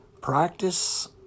practice